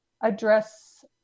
address